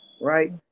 right